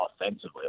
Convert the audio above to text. offensively